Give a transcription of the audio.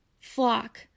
flock